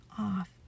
off